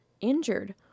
injured